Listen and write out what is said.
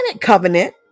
covenant